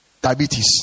diabetes